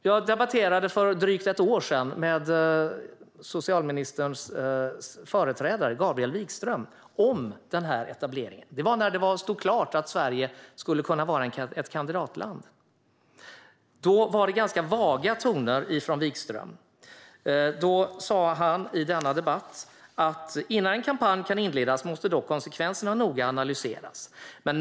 Jag debatterade för drygt ett år sedan med socialministerns företrädare, Gabriel Wikström, om den här etableringen. Det var när det stod klart att Sverige skulle kunna vara ett kandidatland. Då var det ganska vaga toner från Wikström. Han sa i den debatten att "innan en kampanj kan inledas måste dock konsekvenserna analyseras noga.